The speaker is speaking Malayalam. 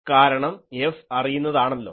കാരണം F അറിയുന്നതാണല്ലോ